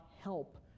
help